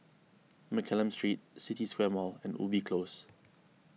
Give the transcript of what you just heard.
Mccallum Street City Square Mall and Ubi Close